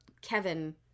Kevin